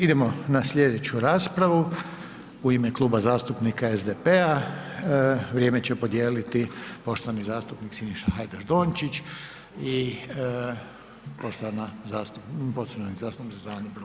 Idemo na sljedeću raspravu u ime Kluba zastupnika SDP-a, vrijeme će podijeliti poštovani zastupnik Siniša Hajdaš Dončić i poštovana zastupnica,